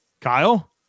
Kyle